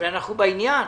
הרי אנחנו בעניין,